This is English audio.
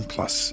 Plus